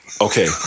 Okay